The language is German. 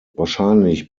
wahrscheinlich